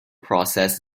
process